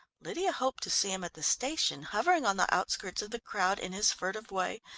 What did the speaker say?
lydia hoped to see him at the station, hovering on the outskirts of the crowd in his furtive way,